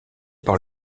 par